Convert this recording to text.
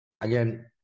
Again